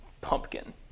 Pumpkin